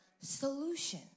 solution